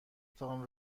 تان